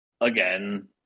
again